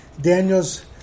Daniel's